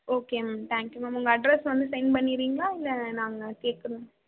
okay ma'am thank you ma'am உங்கள் address வந்து send பண்ணிடறீங்களா இல்லை நாங்கள் கேட்கணுமா